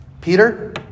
Peter